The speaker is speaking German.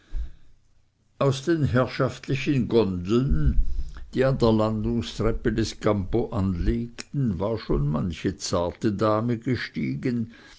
aus den herrschaftlichen gondeln die an der landungstreppe des campo anlegten war schon manche zarte dame gestiegen